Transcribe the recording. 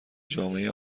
جامعه